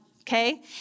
okay